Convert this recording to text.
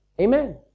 Amen